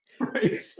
right